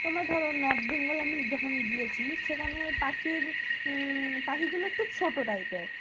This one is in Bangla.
তোমরা ধরো নর্থ বেঙ্গল আমি যখন গিয়েছি সেখানে পাখির পাখিগুলো একটু ছোটো টাইপের